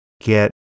get